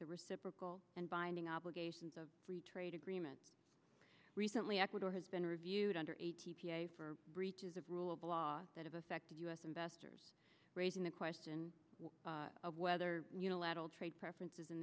the reciprocal and binding obligations of free trade agreement recently ecuador has been reviewed under a t p a for breaches of rule of law that have affected u s investors raising the question of whether unilateral trade preferences in